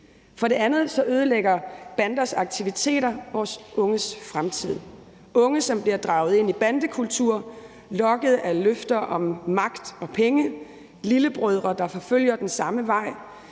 For det andet ødelægger banders aktiviteter vores unges fremtid – unge, som bliver draget ind i bandekultur, lokket af løfter om magt og penge; lillebrødre, der forfølger den samme vej,